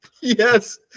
Yes